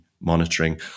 monitoring